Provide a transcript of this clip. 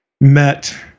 met